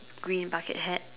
green bucket hat